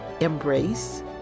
embrace